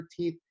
13th